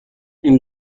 این